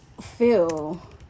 feel